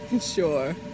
Sure